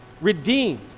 redeemed